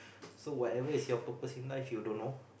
so whatever is your purpose in life you don't know